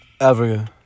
Africa